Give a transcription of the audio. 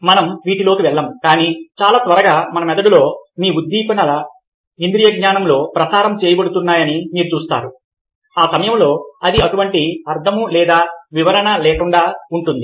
మనం వీటిలోకి వెళ్లము కానీ చాలా త్వరగా మన మెదడులో మీ ఉద్దీపనలు ఇంద్రియజ్ఞానములో ప్రసారం చేయబడతాయని మీరు చూస్తారు ఆ సమయంలో అది ఎటువంటి అర్థం లేదా వివరణ లేకుండా ఉంటుంది